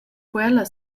quella